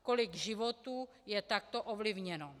Kolik životů je takto ovlivněno.